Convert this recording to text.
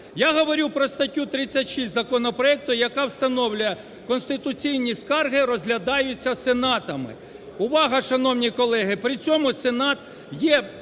Я говорю про статтю 36 законопроекту, яка встановлює: "конституційні скарги розглядаються сенатами". Увага, шановні колеги! При цьому сенат є